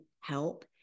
help